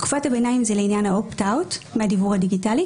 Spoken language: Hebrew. תקופת הביניים היא לעניין ה-opt out מהדיוור הדיגיטלי.